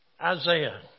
Isaiah